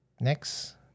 next